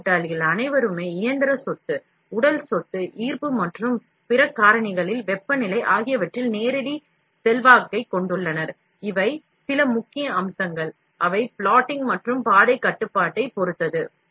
இந்த அனைத்துமே இயந்திர பண்புகள் ஸ்தூலமான பண்புகள் ஈர்ப்பு மற்றும் பிற காரணிகளின் வெப்பநிலை ஆகியவற்றில் நேரடி செல்வாக்கைக் கொண்டுள்ளது இவை சில முக்கிய அம்சங்கள் அவை plotting மற்றும் பாதை கட்டுப்பாட்டைப் பொறுத்தது